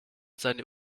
seine